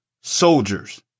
soldiers